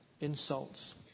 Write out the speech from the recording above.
insults